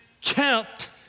kept